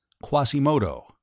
Quasimodo